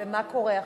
ומה קורה עכשיו?